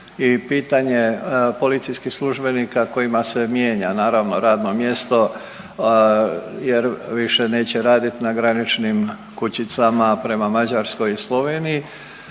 i pitanje policijskih službenika kojima se mijenja naravno radno mjesto jer više neće raditi na graničnim kućicama prema Mađarskoj i Sloveniji.